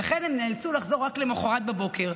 ולכן הם נאלצו לחזור רק למוחרת בבוקר,